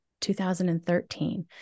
2013